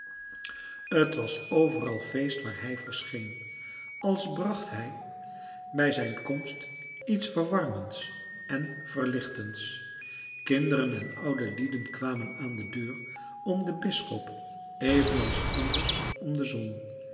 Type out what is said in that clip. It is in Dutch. t was overal feest waar hij verscheen als bracht hij bij zijn komst iets verwarmends en verlichtends kinderen en oude lieden kwamen aan de deur om den bisschop evenals anders om de zon